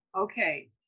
Okay